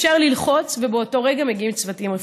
אפשר ללחוץ, ובאותו רגע מגיעים צוותים רפואיים.